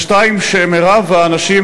2. שמרוב האנשים,